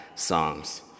Songs